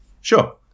Sure